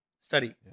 Study